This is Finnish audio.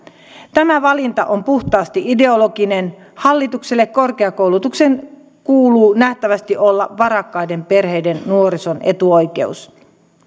tämä valinta on puhtaasti ideologinen hallitukselle korkeakoulutuksen kuuluu nähtävästi olla varakkaiden perheiden nuorison etuoikeus